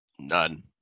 none